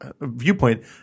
Viewpoint